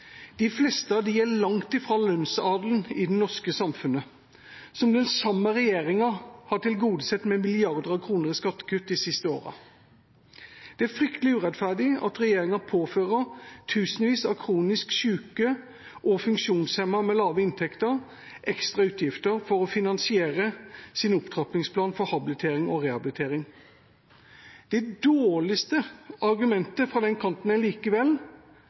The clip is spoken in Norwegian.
De fleste av dem er langt fra lønnsadelen i det norske samfunnet, som den samme regjeringa har tilgodesett med milliarder av kroner i skattekutt de siste årene. Det er fryktelig urettferdig at regjeringa påfører tusenvis av kronisk syke og funksjonshemmede med lave inntekter ekstra utgifter for å finansiere sin opptrappingsplan for habilitering og rehabilitering. Det dårligste argumentet fra den kanten er likevel